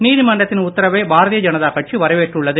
நீதிமன்றத்தின் உத்தரவை பாரதிய ஜனதா கட்சி வரவேற்றுள்ளது